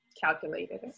calculated